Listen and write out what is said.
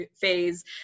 phase